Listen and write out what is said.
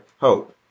hope